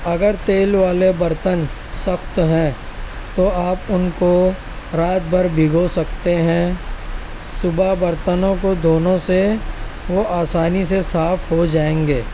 اگر تیل والے برتن سخت ہیں تو آپ ان کو رات بھر بھگو سکتے ہیں صبح برتنوں کو دھونے سے وہ آسانی سے صاف ہو جائیں گے